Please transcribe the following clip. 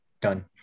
done